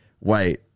wait